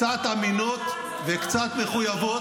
קצת אמינות וקצת מחויבות.